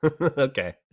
Okay